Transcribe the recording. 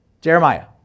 Jeremiah